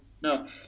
no